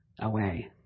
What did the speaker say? away